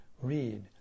read